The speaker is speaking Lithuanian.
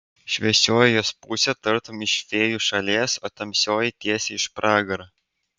šviesioji jos pusė tartum iš fėjų šalies o tamsioji tiesiai iš pragaro